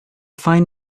fine